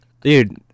Dude